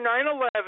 9-11